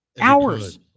Hours